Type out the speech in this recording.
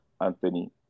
Anthony